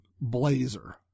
blazer